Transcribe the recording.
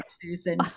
Susan